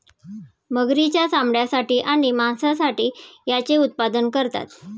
मगरींच्या चामड्यासाठी आणि मांसासाठी याचे उत्पादन करतात